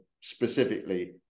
specifically